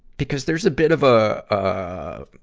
because there's a bit of a, ah,